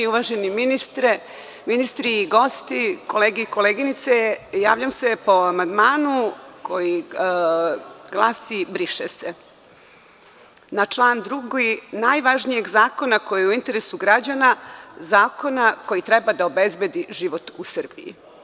Uvaženi ministri i gosti, kolege i koleginice, javljam se po amandmanu koji glasi – briše se, na član 2. najvažnijeg zakona koji je u interesu građana, zakona koji treba da obezbedi život u Srbiji.